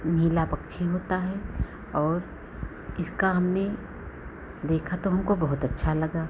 नीला पक्षी होता है और इसका हमने देखा तो हमको बहुत अच्छा लगा